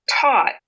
taught